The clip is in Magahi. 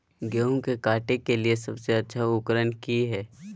गेहूं के काटे के लिए सबसे अच्छा उकरन की है?